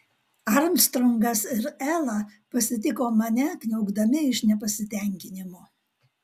armstrongas ir ela pasitiko mane kniaukdami iš nepasitenkinimo